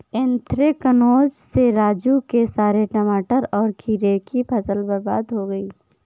anthracnose से राजू के सारे टमाटर और खीरे की फसल बर्बाद हो गई